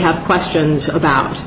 have questions about